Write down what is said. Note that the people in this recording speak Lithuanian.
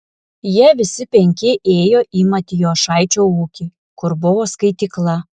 jie visi penki ėjo į matijošaičio ūkį kur buvo skaitykla